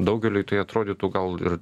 daugeliui tai atrodytų gal ir